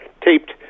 taped